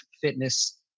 fitness